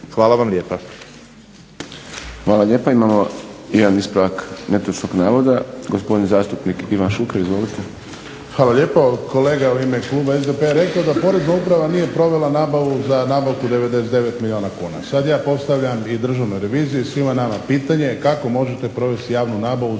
Hvala vam lijepa.